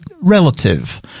relative